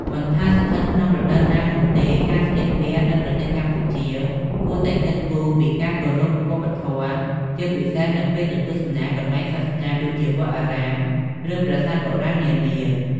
មិនថាស្ថិតក្នុងរដូវកាលណានោះទេ ការស្លៀកពាក់នៅប្រទេសកម្ពុជាគួរតែគិតគូរពី ការគោរពវប្បធម៌ ជាពិសេសនៅពេលទៅទស្សនាកន្លែងសាសនា ដូចជាវត្តអារាម ឬប្រាសាទបុរាណនានា។